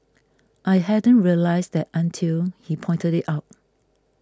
I hadn't realised that until he pointed it out